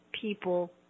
people